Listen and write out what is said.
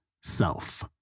self